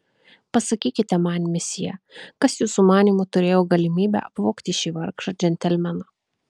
pasakykite man mesjė kas jūsų manymu turėjo galimybę apvogti šį vargšą džentelmeną